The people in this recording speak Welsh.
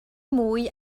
mwy